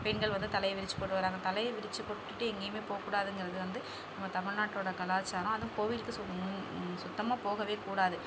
பெண்கள் வந்து தலையை விரித்து போட்டு வர்றாங்க தலையை விரித்து போட்டுவிட்டு எங்கேயுமே போகக்கூடாதுங்கிறது வந்து நம்ம தமிழ்நாட்டோடய கலாச்சாரம் அதுவும் கோவிலுக்கு சு சுத்தமாக போகவே கூடாது